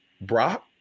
Brock